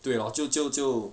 对 lor 就就就